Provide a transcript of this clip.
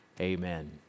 Amen